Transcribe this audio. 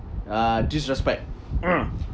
uh disrespect ugh